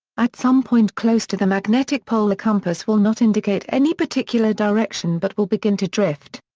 at some point close to the magnetic pole the compass will not indicate any particular direction but will begin to drift.